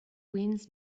winds